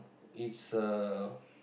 it's a